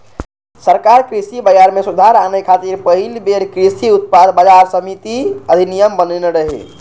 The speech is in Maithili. सरकार कृषि बाजार मे सुधार आने खातिर पहिल बेर कृषि उत्पाद बाजार समिति अधिनियम बनेने रहै